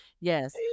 Yes